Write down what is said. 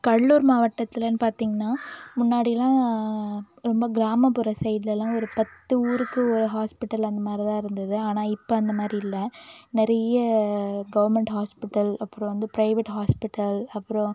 கடலூர் மாவட்டத்தில்ன்னு பார்த்தீங்கன்னா முன்னாடியெல்லாம் ரொம்ப கிராமப்புற சைட்லெல்லாம் ஒரு பத்து ஊருக்கு ஒரு ஹாஸ்பிட்டல் அந்த மாதிரிதான் இருந்தது ஆனால் இப்போ அந்த மாதிரி இல்லை நிறைய கவர்மெண்ட் ஹாஸ்பிட்டல் அப்புறம் வந்து பிரைவேட் ஹாஸ்பிட்டல் அப்புறம்